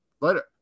Later